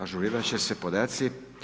Ažurirat će se podaci.